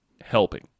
helping